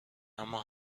اما